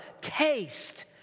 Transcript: taste